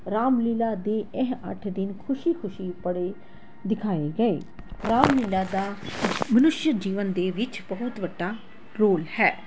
ਰਾਮਲੀਲਾ ਦੇ ਇਹ ਅੱਠ ਦਿਨ ਖੁਸ਼ੀ ਖੁਸ਼ੀ ਪੜ੍ਹੇ ਦਿਖਾਏ ਗਏ ਰਾਮਲੀਲਾ ਦਾ ਮਨੁੱਸ਼ਯ ਜੀਵਨ ਦੇ ਵਿੱਚ ਬਹੁਤ ਵੱਡਾ ਰੋਲ ਹੈ